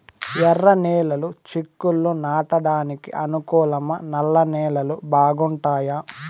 ఎర్రనేలలు చిక్కుళ్లు నాటడానికి అనుకూలమా నల్ల నేలలు బాగుంటాయా